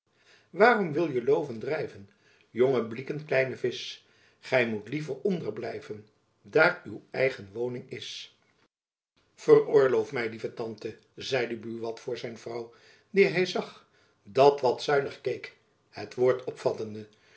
waerom wil je loven drijven jonge bliecken kleyne visch gy moet liever onder blijven daer uw eygen woningh is veroorloof mij lieve tante zeide buat voor zijn vrouw die hy zag dat wat zuinig keek het woord opvattende